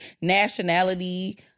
nationality